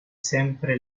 sempre